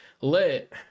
lit